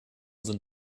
sind